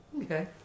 Okay